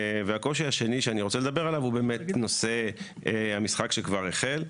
והקושי השני שאני רוצה לדבר עליו הוא באמת נושא המשחק שכבר החל.